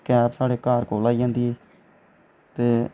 cab साढ़े घर कोल आई जंदी ते